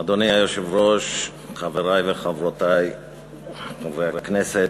אדוני היושב-ראש, חברי וחברותי חברי הכנסת,